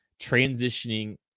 transitioning